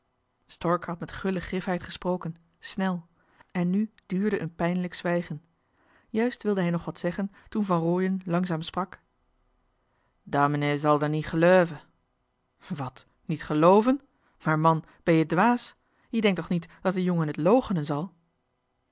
had met gulle grifheid gesproken snel en nu duurde een pijnlijk zwijgen juist wilde hij nog wat zeggen toen van rooien langzaam sprak daumenee zei d'er nie g'leuve wat niet gelooven maar man ben je dwaas je denkt toch niet dat de jongen het loochenen zal